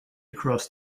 across